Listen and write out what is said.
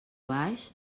baix